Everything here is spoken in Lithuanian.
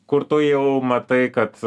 kur tu jau matai kad